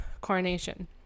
coronation